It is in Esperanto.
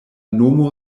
nomo